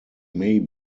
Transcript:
may